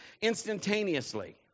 instantaneously